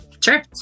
Sure